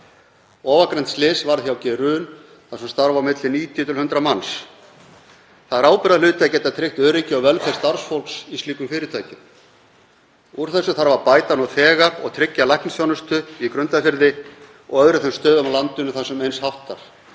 Ofangreint slys varð hjá G.Run. þar sem starfa á milli 90 til 100 manns. Það er ábyrgðarhluti að geta tryggt öryggi og velferð starfsfólks í slíkum fyrirtækjum. Úr þessu þarf að bæta nú þegar og tryggja læknisþjónustu í Grundarfirði og á öðrum þeim stöðum á landinu þar sem eins háttar.